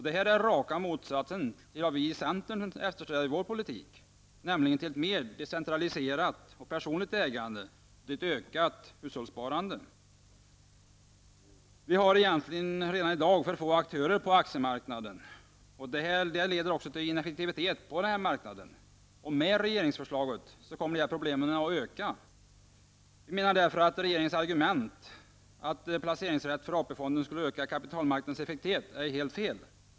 Detta är raka motsatsen till vad vi i centern eftersträvar med vår politik, nämligen ett mer decentraliserat och personligt ägande och ett ökat hushållssparande. Vi har redan i dag egentligen för få aktörer på aktiemarknaden. Detta leder också till ineffektivitet på denna marknad. Med regeringsförslaget kommer dessa problem att öka. Vi menar därför att regeringens argument, att placeringsrätt för AP-fonden skulle öka kapitalmarknadens effektivitet, är helt fel.